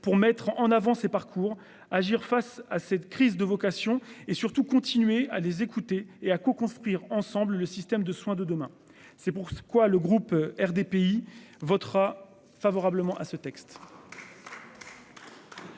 pour mettre en avant ses parcours agir face à cette crise de vocation et surtout continuer à les écouter et à co-construire ensemble. Le système de soins de demain. C'est pourquoi le groupe RDPI votera favorablement à ce texte.